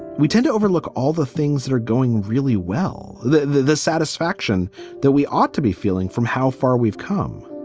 we tend to overlook all the things that are going really well. the the satisfaction that we ought to be feeling from how far we've come